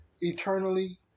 eternally